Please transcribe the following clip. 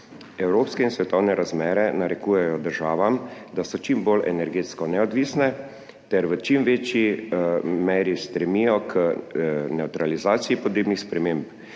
Evropske in svetovne razmere narekujejo državam, da so čim bolj energetsko neodvisne ter v čim večji meri stremijo k nevtralizaciji podnebnih sprememb.